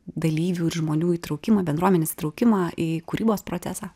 dalyvių ir žmonių įtraukimą bendruomenės įtraukimą į kūrybos procesą